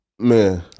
man